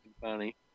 funny